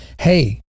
Hey